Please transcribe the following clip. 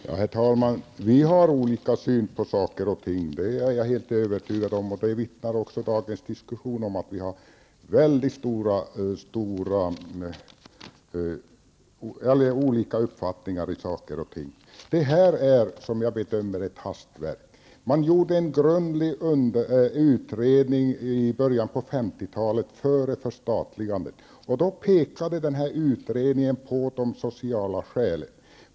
Herr talman! Vi har olika syn på saker och ting. Det är jag helt övertygad om, och dagens diskussion vittnar också om att vi har väldigt olika uppfattning om saker och ting. Det här är, som jag bedömer det, ett hastverk. Man gjorde i början på 50-talet en grundlig utredning före förstatligandet. I utredningen pekade man på de sociala skälen.